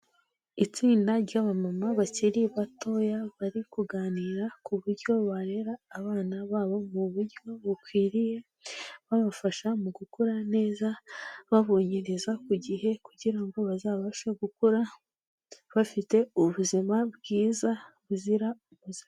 Itsinda ry'abamama bakiri batoya bari kuganira ku buryo barera abana babo mu buryo bukwiriye, babafasha mukura neza babonkerereza ku gihe kugira ngo bazabashe gukura bafite ubuzima bwiza buzira umuze.